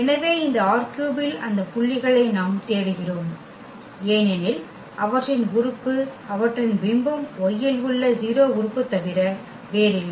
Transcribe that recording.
எனவே இந்த ℝ3 இல் அந்த புள்ளிகளை நாம் தேடுகிறோம் ஏனெனில் அவற்றின் உறுப்பு அவற்றின் பிம்பம் y இல் உள்ள 0 உறுப்பு தவிர வேறில்லை